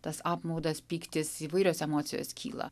tas apmaudas pyktis įvairios emocijos kyla